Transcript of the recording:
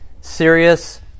serious